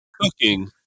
cooking